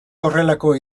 horrelako